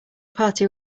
party